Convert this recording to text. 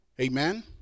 amen